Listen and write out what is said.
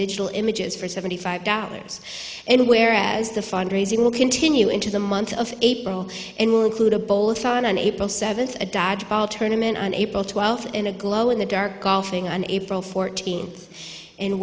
digital images for seventy five dollars and where as the fund raising will continue into the month of april and will include a bolt on april seventh at dodgeball tournaments on april twelfth in a glow in the dark golfing on april fourteenth and